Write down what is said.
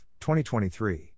2023